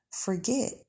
forget